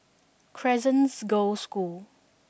Crescent Girls' School